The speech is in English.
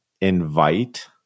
invite